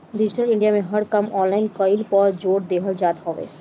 digital India में हर काम के ऑनलाइन कईला पअ जोर देहल जात हवे